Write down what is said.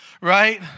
right